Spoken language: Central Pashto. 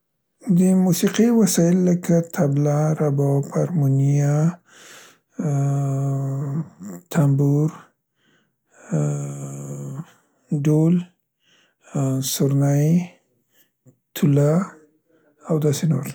د موسیقۍ وسایل لکه تبله، رباب، هرمونیه، ا، ا، تنبور، ا، ا، آ، ډول، سورنی، توله او داسې نور.